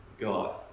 God